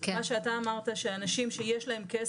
מה שאתה אמרת שאנשים שיש להם כסף,